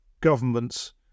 governments